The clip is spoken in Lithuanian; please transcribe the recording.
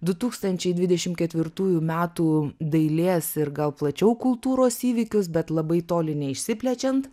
du tūkstančiai dvidešim ketvirtųjų metų dailės ir gal plačiau kultūros įvykius bet labai toli neišsiplečiant